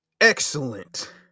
Excellent